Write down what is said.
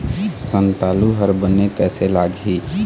संतालु हर बने कैसे लागिही?